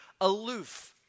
aloof